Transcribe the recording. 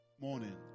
morning